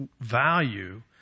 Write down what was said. value